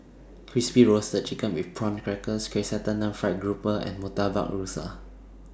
Crispy Roasted Chicken with Prawn Crackers Chrysanthemum Fried Grouper and Murtabak Rusa